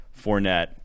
fournette